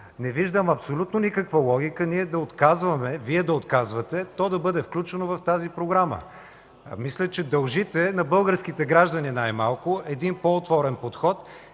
не виждам абсолютно никаква логика Вие да отказвате то да бъде включено в тази програма. Мисля, че дължите на българските граждани един по-отворен подход